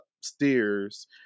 upstairs